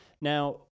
Now